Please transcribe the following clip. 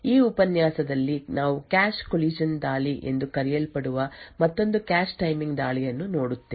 ಈ ಉಪನ್ಯಾಸದಲ್ಲಿ ನಾವು ಕ್ಯಾಶ್ ಕೊಲಿಷನ್ ದಾಳಿ ಎಂದು ಕರೆಯಲ್ಪಡುವ ಮತ್ತೊಂದು ಕ್ಯಾಶ್ ಟೈಮಿಂಗ್ ದಾಳಿಯನ್ನು ನೋಡುತ್ತೇವೆ